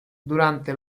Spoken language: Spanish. durante